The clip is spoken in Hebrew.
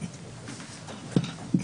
14:51)